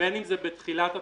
בין אם זה בתחילת התקנות,